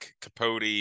Capote